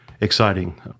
exciting